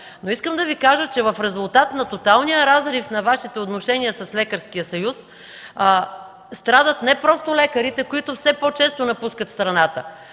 Но искам да Ви кажа, че в резултат на тоталния разрив на Вашите отношения с Лекарския съюз страдат не просто лекарите, които все по-често напускат страната,